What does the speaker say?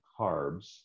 carbs